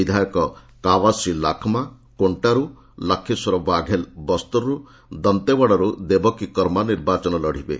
ବିଧାୟକ କାୱାସୀ ଲାଖ୍ମା କୋଣ୍ଟାରୁ ଲକ୍ଷେଶ୍ୱର ବାଘେଲ ବସ୍ତରରୁ ଏବଂ ଦନ୍ତେଓ୍ୱାଡାରୁ ଦେବକୀ କର୍ମା ନିର୍ବାଚନ ଲଢ଼ିବେ